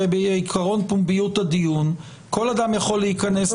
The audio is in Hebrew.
הרי בעיקרון פומביות הדיון כל אדם יכול להיכנס.